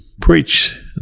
preach